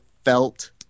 felt